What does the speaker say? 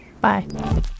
Bye